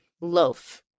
loaf